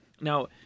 Now